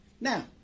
Now